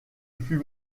fut